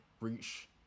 reach